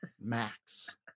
Max